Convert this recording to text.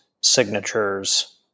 signatures